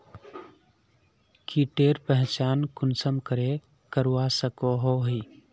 कीटेर पहचान कुंसम करे करवा सको ही?